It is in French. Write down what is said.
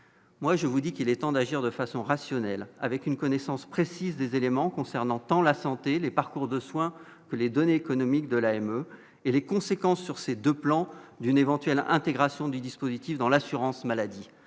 Moi je vous dis qu'il est temps d'agir de façon rationnelle, avec une connaissance précise des éléments concernant tant la santé les parcours de soins, les données économiques de l'AME et les conséquences sur ces 2 plans, d'une éventuelle intégration du dispositif dans l'assurance maladie,